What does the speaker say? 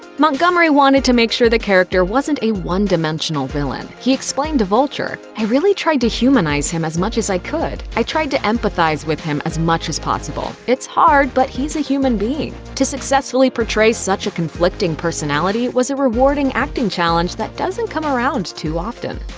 montgomery wanted to make sure the character wasn't a one-dimensional villain. he explained to vulture i really tried to humanize him as much as i could. i tried to empathize with him as much as possible. it's hard, but he's a human being. to successfully portray such a conflicting personality was a rewarding acting challenge that doesn't come around too often.